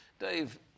Dave